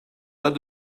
pas